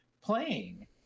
playing